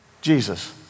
Jesus